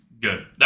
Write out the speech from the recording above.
Good